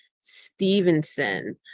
Stevenson